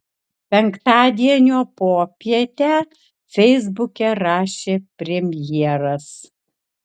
penktadienio popietę feisbuke rašė premjeras